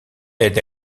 aide